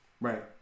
right